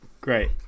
Great